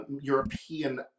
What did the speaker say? European